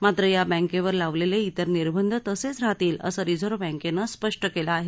मात्र या बँकेवर लावलेले इतर निर्बंध तसेच राहतील असं रिझर्व्ह बँकेनं स्पष्ट केलं आहे